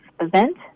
event